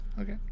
Okay